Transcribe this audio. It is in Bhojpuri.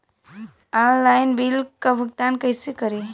ऑनलाइन बिल क भुगतान कईसे करी?